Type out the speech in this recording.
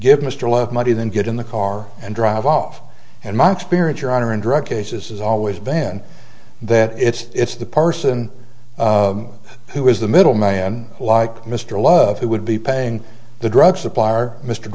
give mr levy money then get in the car and drive off and my experience your honor in drug cases has always been that it's the person who is the middleman like mr love who would be paying the drug supplier mr